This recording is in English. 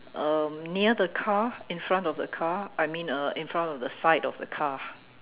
um near the car in front of the car I mean uh in front of the side of the car